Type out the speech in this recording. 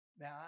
Now